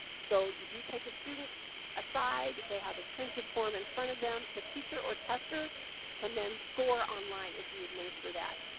so you do take a student aside, they have a printed form in front of them. the teacher or tester can then score online as you administer that.